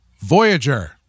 Voyager